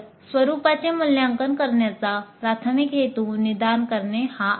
तर स्वरूपाचे मूल्यांकन करण्याचा प्राथमिक हेतू निदान करणे हा आहे